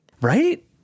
Right